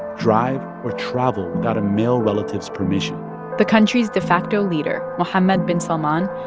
drive or travel without a male relative's permission the country's de facto leader, mohammad bin salman,